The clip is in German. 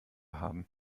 haben